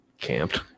Camped